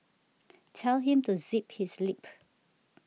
tell him to zip his lip